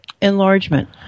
enlargement